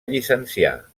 llicenciar